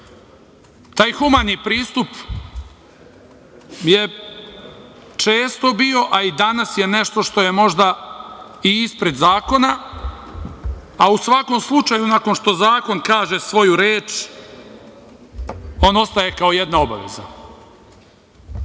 Taj humani pristup je često bio, a i danas je nešto što je možda i ispred zakona, a u svakom slučaju nakon što zakon kaže svoju reč on ostaje kao jedna obaveza.